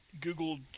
google